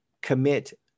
commit